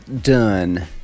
done